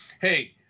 hey